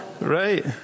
Right